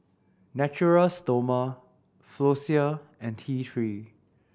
Natura Stoma Floxia and T Three